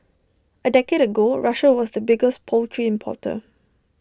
A decade ago Russia was the biggest poultry importer